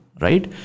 right